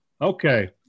Okay